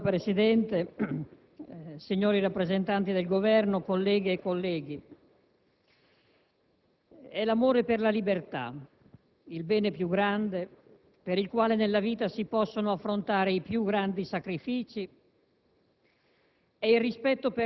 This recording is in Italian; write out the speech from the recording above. Signor Presidente, signori rappresentanti del Governo, colleghe e colleghi, è l'amore per la libertà, il bene più grande per il quale nella vita si possono affrontare i più grandi sacrifici,